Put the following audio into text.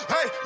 Hey